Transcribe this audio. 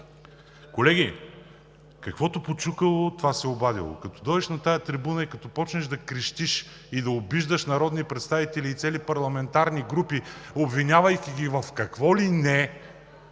колеги, каквото почукало – това се обадило! Като дойдеш на тази трибуна и като започнеш да крещиш и да обиждаш народни представители и цели парламентарни групи, обвинявайки ги в какво ли не